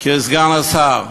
סגן השר,